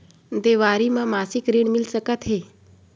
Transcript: देवारी म मासिक ऋण मिल सकत हे?